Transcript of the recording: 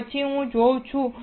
તો પછી હું શું જોઉં છું